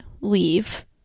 leave